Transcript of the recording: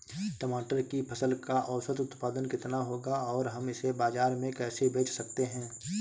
टमाटर की फसल का औसत उत्पादन कितना होगा और हम इसे बाजार में कैसे बेच सकते हैं?